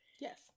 yes